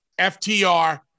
FTR